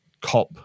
cop